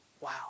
Wow